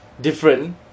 different